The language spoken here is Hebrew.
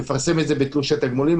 נפרסם את זה בתלוש התגמולים,